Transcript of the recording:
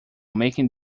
making